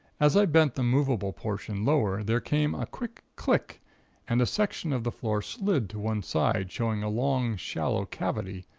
as i bent the movable portion lower there came a quick click and a section of the floor slid to one side, showing a long, shallow cavity,